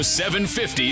750